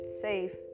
safe